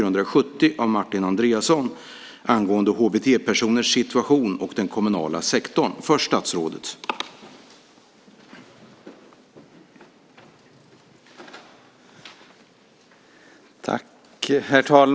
Herr talman!